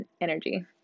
energy